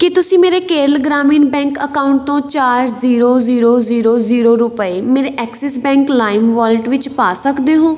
ਕੀ ਤੁਸੀਂ ਮੇਰੇ Kerala Gramin Bank account ਤੋਂ ਚਾਰ ਜ਼ੀਰੋ ਜ਼ੀਰੋ ਜ਼ੀਰੋ ਜ਼ੀਰੋ ਰੁਪਏ ਮੇਰੇ ਐਕਸਿਸ ਬੈਂਕ ਲਾਇਮ ਵਾਲਿਟ ਵਿੱਚ ਪਾ ਸਕਦੇ ਹੋ